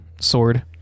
sword